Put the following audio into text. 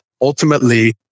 ultimately